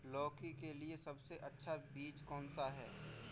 लौकी के लिए सबसे अच्छा बीज कौन सा है?